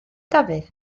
dafydd